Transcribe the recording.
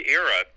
era